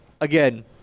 Again